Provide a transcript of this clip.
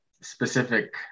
specific